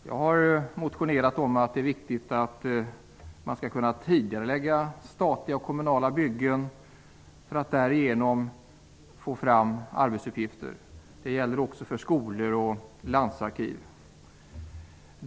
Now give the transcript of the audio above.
Jag har väckt motiner med förslag om att tidigarelägga statliga och kommunala byggen för att därigenom få fram arbetstillfällen. Det gäller också skolor och landsarkiv.